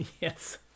Yes